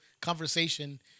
conversation